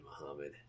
Muhammad